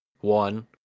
one